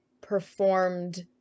performed